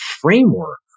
framework